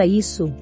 isso